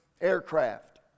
aircraft